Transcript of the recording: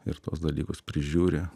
ir tuos dalykus prižiūri